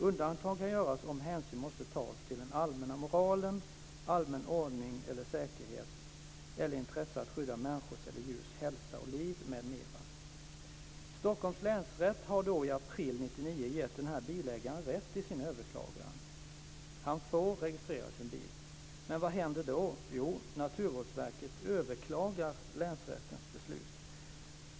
Undantag kan göras om hänsyn måste tas till den allmänna moralen, allmän ordning eller säkerhet eller intresse att skydda människors eller djurs hälsa och liv m.m. Stockholms länsrätt har i april 1999 gett bilägaren rätt i sin överklagan. Han får registrera sin bil. Men vad händer då? Jo, Naturvårdsverket överklagar länsrättens beslut.